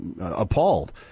appalled